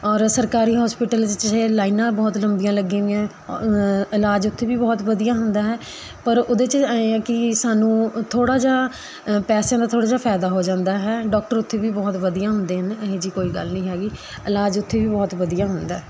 ਔਰ ਸਰਕਾਰੀ ਹੋਸਪਿਟਲ 'ਚ ਜੇ ਲਾਈਨਾਂ ਬਹੁਤ ਲੰਬੀਆਂ ਲੱਗੀਆਂ ਵੀਆਂ ਇਲਾਜ ਉੱਥੇ ਵੀ ਬਹੁਤ ਵਧੀਆ ਹੁੰਦਾ ਹੈ ਪਰ ਉਹਦੇ 'ਚ ਐਂ ਏ ਕਿ ਸਾਨੂੰ ਥੋੜ੍ਹਾ ਜਿਹਾ ਅ ਪੈਸਿਆਂ ਦਾ ਥੋੜ੍ਹਾ ਜਿਹਾ ਫਾਇਦਾ ਹੋ ਜਾਂਦਾ ਹੈ ਡਾਕਟਰ ਉੱਥੇ ਵੀ ਬਹੁਤ ਵਧੀਆ ਹੁੰਦੇ ਨੇ ਇਹੋ ਜਿਹੀ ਕੋਈ ਗੱਲ ਨਹੀਂ ਹੈਗੀ ਇਲਾਜ ਉੱਥੇ ਵੀ ਬਹੁਤ ਵਧੀਆ ਹੁੰਦਾ